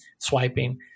swiping